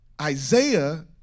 Isaiah